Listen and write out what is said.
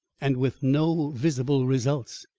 and with no visible results.